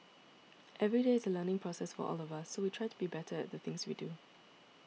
every day is a learning process for all of us so we try to be better at the things we do